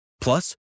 Plus